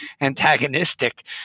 antagonistic